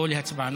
לא להצבעה,